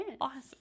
awesome